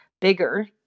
bigger